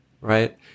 right